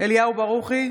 אליהו ברוכי,